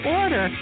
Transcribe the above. order